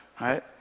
right